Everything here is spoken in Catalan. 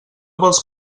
vols